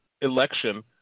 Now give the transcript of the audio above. election